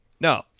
No